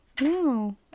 No